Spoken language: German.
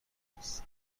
todes